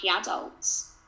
adults